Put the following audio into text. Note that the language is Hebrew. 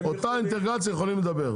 אותה אינטגרציה יכולים לדבר.